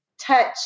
touch